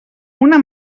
una